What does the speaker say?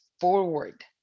forward